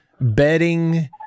bedding